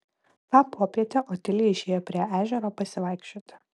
tą popietę otilija išėjo prie ežero pasivaikščioti